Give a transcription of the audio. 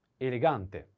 Elegante